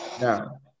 Now